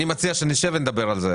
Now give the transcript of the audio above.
אני מציע שנשב ונדבר על זה.